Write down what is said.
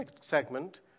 segment